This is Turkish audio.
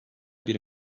bir